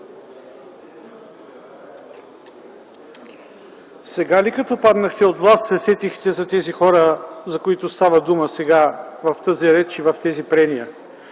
Сега ли, като паднахте от власт, се сетихте за тези хора, за които става дума сега в тази реч и в тези прения?